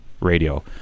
Radio